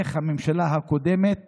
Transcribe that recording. איך הממשלה הקודמת